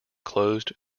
closed